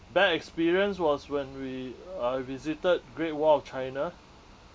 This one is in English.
bad experience was when we uh visited great wall of china